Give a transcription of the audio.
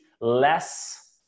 less